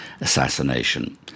assassination